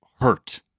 hurt